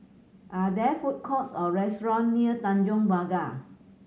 are there food courts or restaurants near Tanjong Pagar